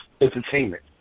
entertainment